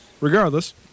regardless